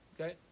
Okay